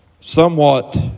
somewhat